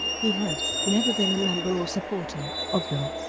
he had never been a member or supporter of them.